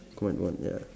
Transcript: combined into one ya